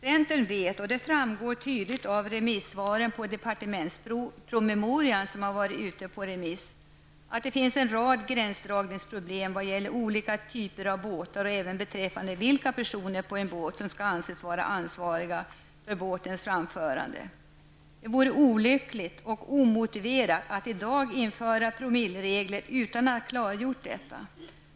Centern vet -- och det framgår tydligt av remissvaren på departementspromemorian -- att det finns en rad gränsdragningsproblem, vad gäller olika typer av båtar och även beträffande vilka personer på en båt som skall anses vara ansvariga för båtens framförande. Det vore olyckligt och omotiverat att i dag införa promilleregler utan att ha klargjort detta.